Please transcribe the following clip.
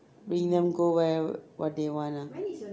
bring them go where what day one ah